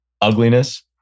ugliness